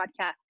podcast